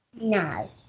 No